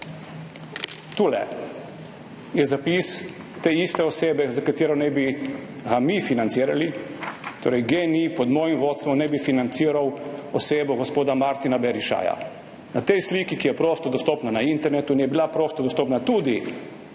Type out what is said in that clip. Tule je zapis te iste osebe, ki naj bi jo mi financirali, torej GEN-I pod mojim vodstvom naj bi financiral gospoda Martina Berishaja. Na tej sliki, ki je prosto dostopna na internetu in je bila prosto dostopna tudi